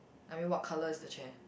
I mean what colour is the chair